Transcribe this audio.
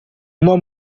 uma